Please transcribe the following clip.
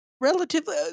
Relatively